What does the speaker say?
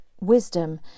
Wisdom